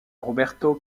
roberto